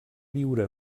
viure